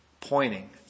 pointing